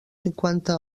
cinquanta